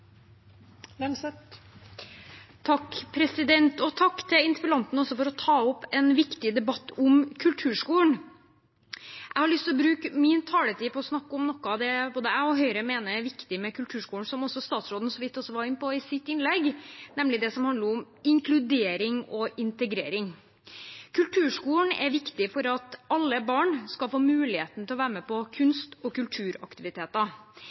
til interpellanten for å ta opp en viktig debatt om kulturskolen. Jeg har lyst til å bruke min taletid til å snakke om noe av det jeg og Høyre mener er viktig med kulturskolen, og som også statsråden så vidt var inne på i sitt innlegg, nemlig det som handler om inkludering og integrering. Kulturskolen er viktig for at alle barn skal få muligheten til å være med på kunst- og kulturaktiviteter.